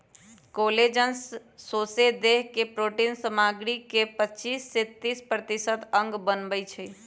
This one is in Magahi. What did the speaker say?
कोलेजन सौसे देह के प्रोटिन सामग्री के पचिस से तीस प्रतिशत अंश बनबइ छइ